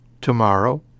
tomorrow